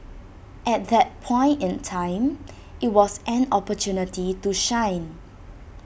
at that point in time IT was an opportunity to shine